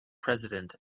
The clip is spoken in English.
president